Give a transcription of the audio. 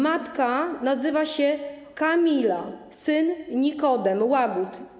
Matka nazywa się Kamila, syn Nikodem Łagód.